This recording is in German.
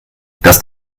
das